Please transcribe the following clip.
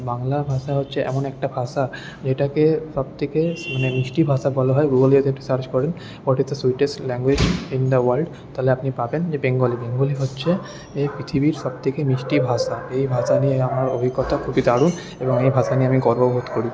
বাংলা ভাষা হচ্ছে এমন একটা ভাষা এটাকে সবথেকে মানে মিষ্টি ভাষা বলা হয় গুগলে সার্চ করেন what is the sweetest language in the world তাহলে আপনি পাবেন যে বেঙ্গলি বেঙ্গলি হচ্ছে পৃথিবীর সবথেকে মিষ্টি ভাষা এই ভাষা নিয়ে আমার অভিজ্ঞতা খুবই দারুণ এবং এই ভাষা নিয়ে আমি গর্ববোধ করি